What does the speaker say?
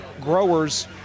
growers